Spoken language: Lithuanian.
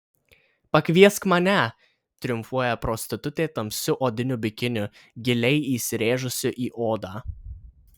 pakviesk mane triumfuoja prostitutė tamsiu odiniu bikiniu giliai įsirėžusiu į odą